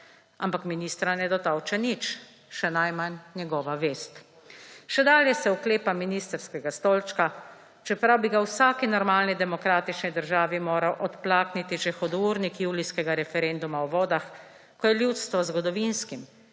Ampak ministra ne dotolče nič, še najmanj njegova vest. Še dalje se oklepa ministrskega stolčka, čeprav bi ga v vsaki normalni demokratični državi moral odplakniti že hudournik julijskega referenduma o vodah, ko je ljudstvo z zgodovinskih,